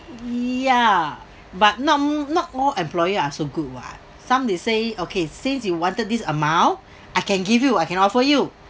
ya but not m~ not all employer are so good what some they say okay since you wanted this amount I can give you I can offer you